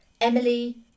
Emily